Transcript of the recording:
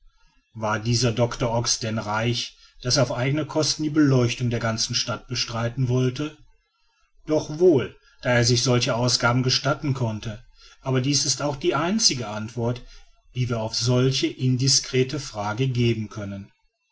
war dieser doctor ox denn reich daß er auf eigene kosten die beleuchtung der ganzen stadt bestreiten wollte doch wohl da er sich solche ausgaben gestatten konnte aber dies ist auch die einzige antwort die wir auf solche indiscrete frage geben können